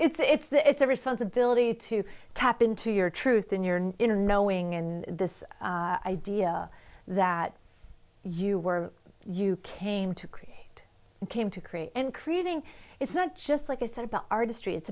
it's the it's a responsibility to tap into your truth in your inner knowing in this idea that you were you came to create and came to create and creating it's not just like i said about artistry it's